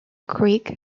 creek